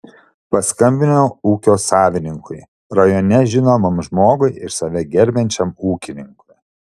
paskambinau ūkio savininkui rajone žinomam žmogui ir save gerbiančiam ūkininkui